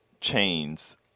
chains